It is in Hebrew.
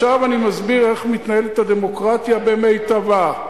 עכשיו אני מסביר איך מתנהלת הדמוקרטיה במיטבה.